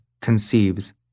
conceives